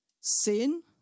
sin